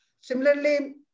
Similarly